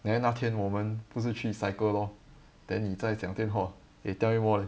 neh 那天我们不是去 cycle lor then 你在讲电话 eh tell me more leh